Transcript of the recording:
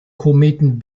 kometen